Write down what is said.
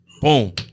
boom